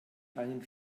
einen